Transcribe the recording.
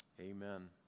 amen